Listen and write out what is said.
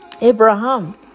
Abraham